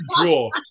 draw